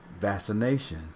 vaccination